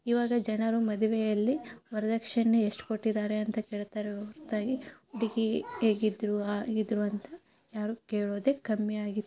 ಇವಾಗ ಜನರು ಮದುವೆಯಲ್ಲಿ ವರದಕ್ಷಿಣೆ ಎಷ್ಟು ಕೊಟ್ಟಿದ್ದಾರೆ ಅಂತ ಕೇಳ್ತಾರೆ ಹೊರತಾಗಿ ಹುಡುಗಿ ಹೇಗಿದ್ರು ಹಾಗಿದ್ರು ಅಂತ ಯಾರೂ ಕೇಳೋದೇ ಕಮ್ಮಿಯಾಗಿತ್ತು